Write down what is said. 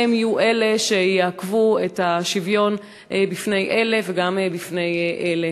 הם שיעכבו את השוויון בפני אלה וגם בפני אלה.